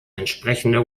entsprechende